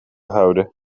houden